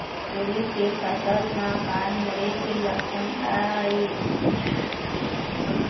उरीद के फसल म पान मुड़े के लक्षण का ये?